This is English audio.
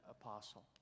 apostle